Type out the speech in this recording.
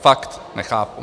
Fakt nechápu.